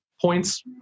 points